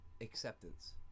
Acceptance